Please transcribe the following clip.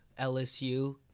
LSU